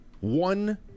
one